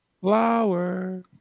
Flower